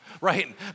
Right